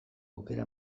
aukera